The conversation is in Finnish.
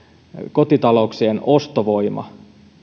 kotitalouksien ostovoima